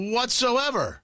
Whatsoever